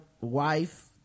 wife